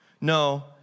No